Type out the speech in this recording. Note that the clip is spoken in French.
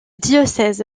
diocèse